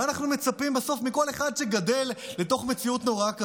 מה אנחנו מצפים בסוף מכל אחד שגדל לתוך מציאות נוראה כזאת,